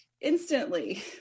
instantly